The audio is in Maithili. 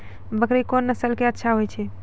बकरी कोन नस्ल के अच्छा होय छै?